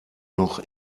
noch